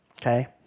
okay